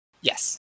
Yes